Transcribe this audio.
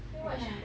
then what shall I